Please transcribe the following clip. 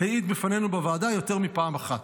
העיד בפנינו בוועדה יותר מפעם אחת.